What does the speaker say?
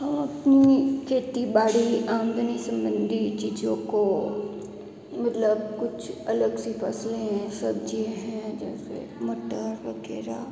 हम अपनी खेती बाड़ी आमदनी संबंधित चीज़ों को मतलब कुछ अलग से फसलें हैं सब्जी है जैसे मटर वगैरह